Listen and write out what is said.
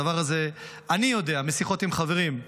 הדבר הזה, אני יודע משיחות עם חברים,